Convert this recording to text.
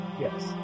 Yes